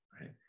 right